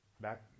Back